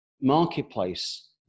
marketplace